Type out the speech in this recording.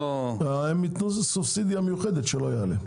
יתנו סובסידיה מיוחדת שלא הייתה להם.